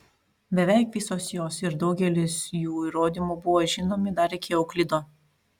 beveik visos jos ir daugelis jų įrodymų buvo žinomi dar iki euklido